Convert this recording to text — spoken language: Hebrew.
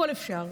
הכול אפשר.